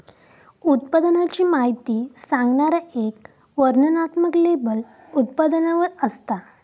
उत्पादनाची माहिती सांगणारा एक वर्णनात्मक लेबल उत्पादनावर असता